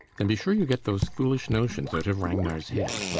then be sure you get those foolish notions out of ragnar's head.